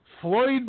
Floyd